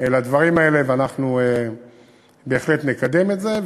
לדברים האלה, ואנחנו בהחלט נקדם את זה.